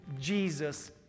Jesus